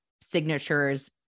signatures